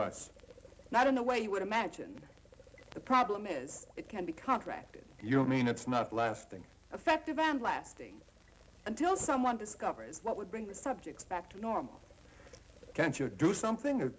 us not in the way you would imagine the problem is it can be contracted you mean it's not a lasting effect event lasting until someone discovers what would bring the subject back to normal cancer do something or